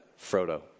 Frodo